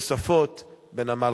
נוספות בנמל